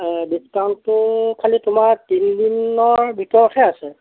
অঁ ডিচকাউণ্টটো খালি তোমাক তিনিদিনৰ ভিতৰতহে আছে